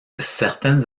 certaines